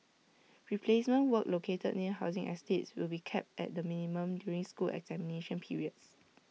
replacement work located near housing estates will be kept at the minimum during school examination periods